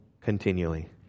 continually